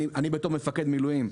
אני כמפקד מילואים,